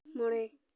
ᱢᱚᱬᱮ